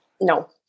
no